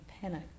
panic